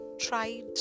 tried